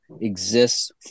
exists